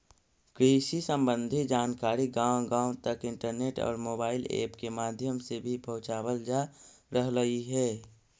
कृषि संबंधी जानकारी गांव गांव तक इंटरनेट और मोबाइल ऐप के माध्यम से भी पहुंचावल जा रहलई हे